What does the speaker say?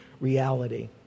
reality